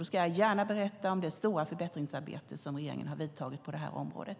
Då ska jag gärna berätta om det stora förbättringsarbete som regeringen har genomfört på det här området.